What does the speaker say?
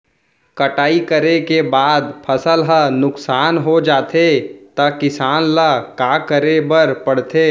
कटाई करे के बाद फसल ह नुकसान हो जाथे त किसान ल का करे बर पढ़थे?